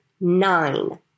nine